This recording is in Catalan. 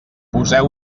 poseu